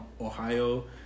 Ohio